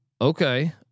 Okay